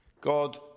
God